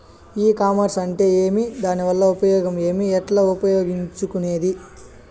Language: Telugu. ఈ కామర్స్ అంటే ఏమి దానివల్ల ఉపయోగం ఏమి, ఎట్లా ఉపయోగించుకునేది?